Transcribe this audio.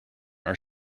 are